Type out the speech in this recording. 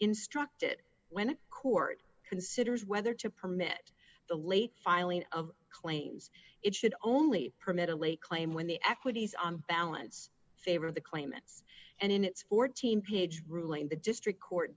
instruct it when court considers whether to permit the late filing of claims it should only permit a lay claim when the equities on balance favor the claimants and in its fourteen page ruling the district court